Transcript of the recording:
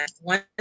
one